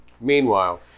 Meanwhile